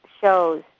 shows